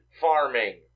farming